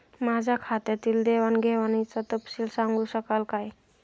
माझ्या खात्यातील देवाणघेवाणीचा तपशील सांगू शकाल काय?